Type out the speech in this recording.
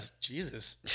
Jesus